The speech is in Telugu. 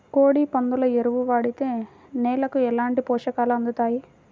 కోడి, పందుల ఎరువు వాడితే నేలకు ఎలాంటి పోషకాలు అందుతాయి